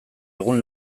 egun